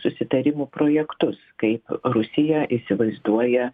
susitarimų projektus kaip rusija įsivaizduoja